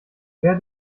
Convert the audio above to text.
quer